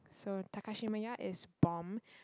so Takashimaya is bomb